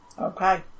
Okay